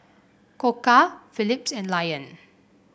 Koka Philips and Lion